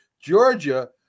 Georgia